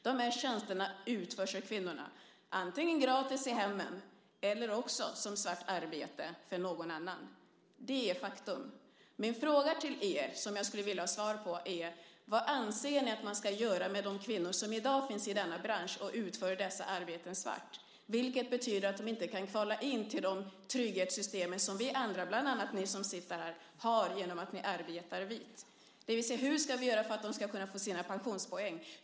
De här tjänsterna utförs av kvinnorna, antingen gratis i hemmen eller också som svart arbete för någon annan. Det är faktum. Min fråga till er, som jag skulle vilja ha svar på, är: Vad anser ni att man ska göra med de kvinnor som i dag finns i denna bransch och utför dessa arbeten svart, vilket betyder att de inte kan kvala in till de trygghetssystem som vi andra har, bland annat ni som sitter här, genom att vi arbetar vitt? Det vill säga: Hur ska vi göra för att de ska kunna få sina pensionspoäng?